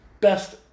best